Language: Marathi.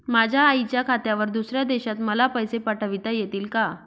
माझ्या आईच्या खात्यावर दुसऱ्या देशात मला पैसे पाठविता येतील का?